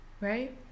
right